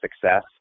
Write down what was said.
success